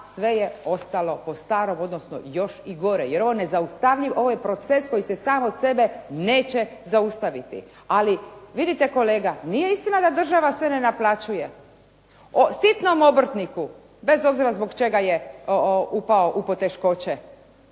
sve je ostalo po starom, odnosno još i gore jer ovo je proces koji se sam od sebe neće zaustaviti. Ali vidite kolega, nije istina da država sve ne naplaćuje. O sitnom obrtniku, bez obzira zbog čega je upao u poteškoće,